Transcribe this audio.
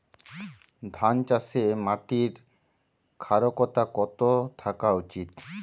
ধান চাষে মাটির ক্ষারকতা কত থাকা উচিৎ?